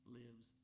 lives